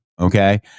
okay